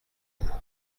vous